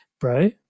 bro